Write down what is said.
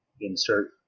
insert